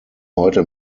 heute